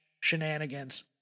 shenanigans